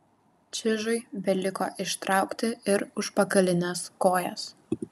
čižui beliko ištraukti ir užpakalines kojas